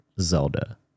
Zelda